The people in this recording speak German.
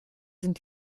sind